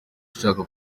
ushaka